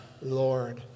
Lord